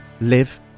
live